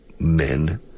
men